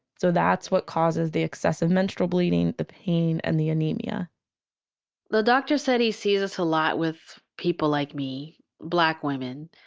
so that's what causes the excessive menstrual bleeding, the pain and the anemia the doctor says he sees this a lot with people like me. black women.